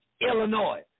Illinois